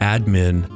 Admin